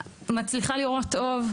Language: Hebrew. מצליחה לראות אור.